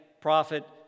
prophet